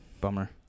bummer